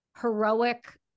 Heroic